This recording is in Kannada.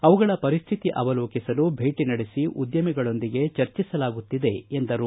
ಅವುಗಳ ಪರಿಸ್ವಿತಿ ಅವಲೋಕಿಸಲು ಭೇಟಿ ನಡೆಸಿ ಉದ್ದಮಿಗಳೊಂದಿಗೆ ಚರ್ಚಿಸಲಾಗುತ್ತಿದೆ ಎಂದರು